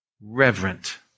reverent